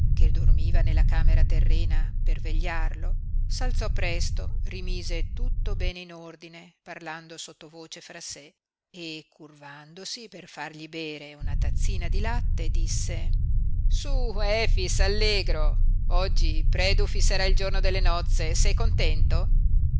che dormiva nella camera terrena per vegliarlo s'alzò presto rimise tutto bene in ordine parlando sottovoce fra sé e curvandosi per fargli bere una tazzina di latte disse su efix allegro oggi predu fisserà il giorno delle nozze sei contento